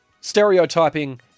stereotyping